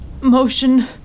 motion